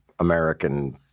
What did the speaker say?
American